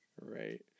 Right